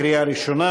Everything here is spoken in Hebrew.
קריאה ראשונה.